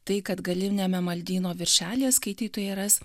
tai kad galiniame maldyno viršelyje skaitytojai ras